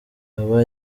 aba